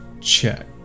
check